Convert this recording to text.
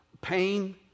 pain